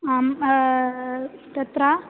आम् तत्र